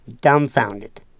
dumbfounded